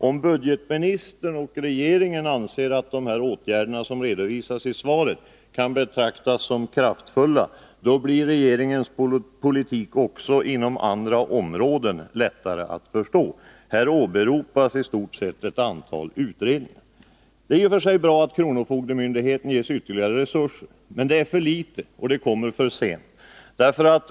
Om budgetministern och regeringen anser att de åtgärder som redovisas i svaret kan betraktas som kraftfulla, blir regeringens politik också inom andra områden lättare att förstå. Här åberopas i stort sett ett antal utredningar. Det är i och för sig bra att kronofogdemyndigheten ges ytterligare resurser. Men de är för små, och de kommer för sent.